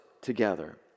together